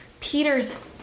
Peter's